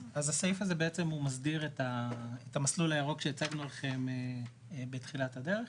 אז הסעיף הזה מסביר את המסלול הירוק שהצגנו לכם בתחילת הדרך.